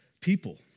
people